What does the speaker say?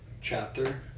chapter